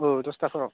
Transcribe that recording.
औ दसथाफोराव